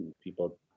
People